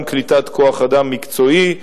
גם קליטת כוח-אדם מקצועי,